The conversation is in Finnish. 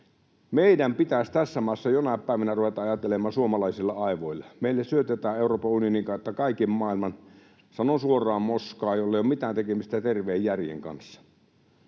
Meidän pitäisi tässä maassa jonain päivänä ruveta ajattelemaan suomalaisilla aivoilla. Meille syötetään Euroopan unionin kautta kaiken maailman — sanon suoraan — moskaa, jolla ei ole mitään tekemistä terveen järjen kanssa.